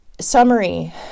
summary